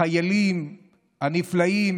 חיילים נפלאים,